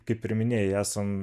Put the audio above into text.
kaip ir minėjai esam